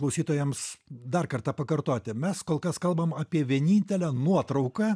klausytojams dar kartą pakartoti mes kol kas kalbam apie vienintelę nuotrauką